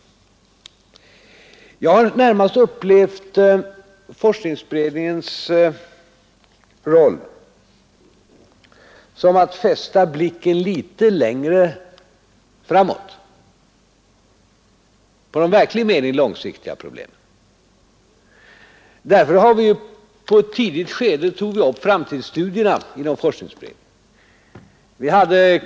Jag har närmast den uppfattningen att forskningsberedningens roll skulle vara att rikta blicken längre framåt mot de i verklig mening långsiktiga problemen. Därför tog vi inom forskningsberedningen på ett tidigt stadium upp framtidsstudierna.